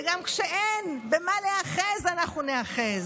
וגם כשאין במה להיאחז אנחנו ניאחז.